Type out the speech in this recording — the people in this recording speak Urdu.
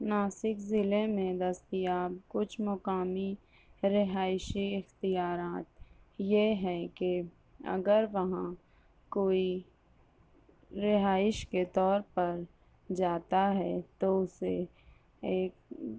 ناسک ضلع میں دستیاب کچھ مقامی رہائشی اختیارات یہ ہیں کہ اگر وہاں کوئی رہائش کے طور پر جاتا ہے تو اسے ایک